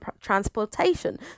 transportation